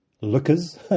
lookers